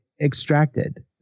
extracted